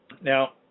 Now